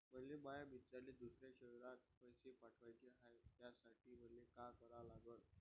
मले माया मित्राले दुसऱ्या शयरात पैसे पाठवाचे हाय, त्यासाठी मले का करा लागन?